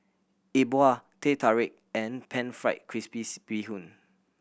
E Bua Teh Tarik and Pan Fried Crispy Bee Hoon